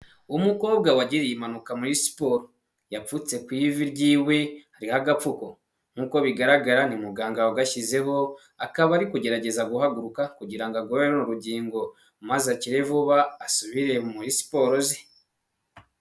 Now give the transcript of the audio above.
Umukobwa wagiriye impanuka muri siporo yapfutse ku ivi, ryiwe hariho agapfuko, nk'uko bigaragara ni muganga wagashyizeho akaba ari kugerageza guhaguruka, kugira ngo agororane runo rugingo maze akire vuba asubire muri siporo ze.